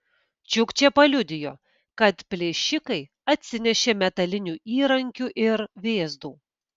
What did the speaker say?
čiukčė paliudijo kad plėšikai atsinešė metalinių įrankių ir vėzdų